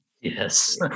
Yes